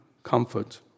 Comfort